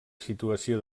situació